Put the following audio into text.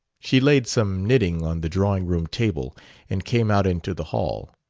she laid some knitting on the drawing-room table and came out into the hall.